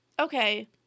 okay